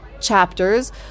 chapters